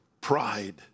Pride